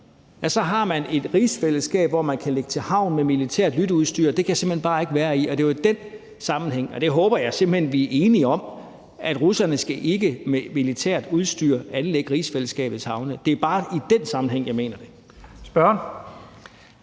russerne, har et rigsfællesskab, hvor man kan lægge til havn med militært lytteudstyr. Det kan jeg simpelt hen bare ikke være i. Det var i den sammenhæng, jeg talte om det, og jeg håber simpelt hen, vi enige om, at russerne ikke med militært udstyr skal lægge til i rigsfællesskabets havne. Det er bare i den sammenhæng, jeg mener det. Kl.